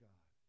God